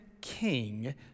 king